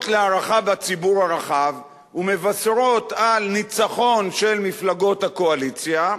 להערכה בציבור הרחב ומבשרות על ניצחון של מפלגות הקואליציה,